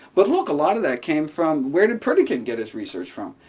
but look, a lot of that came from where did pritikin get his research from?